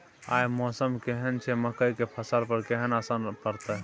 आय मौसम केहन छै मकई के फसल पर केहन असर परतै?